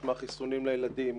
משמע חיסונים לילדים,